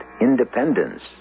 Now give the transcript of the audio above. independence